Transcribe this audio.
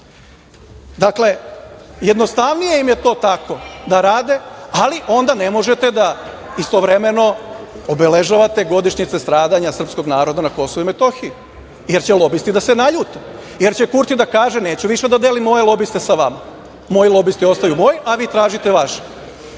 Dakle, jednostavnije im je to tako da rade, ali onda ne možete da istovremeno obeležavate godišnjice stradanje srpskog naroda na Kosovu i Metohiji jer će lobisti da se naljute, jer će Kurti da kaže neću onda da delim moje lobiste sa vama, moji lobisti ostaju moji, a vi tražite